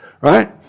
right